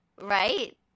Right